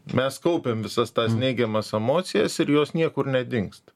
mes kaupiam visas tas neigiamas emocijas ir jos niekur nedingsta